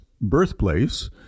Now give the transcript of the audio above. birthplace